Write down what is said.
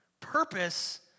Purpose